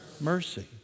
mercy